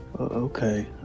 Okay